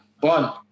One